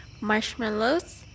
marshmallows